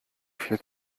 viel